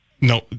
No